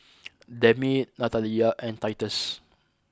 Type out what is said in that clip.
Demi Natalya and Titus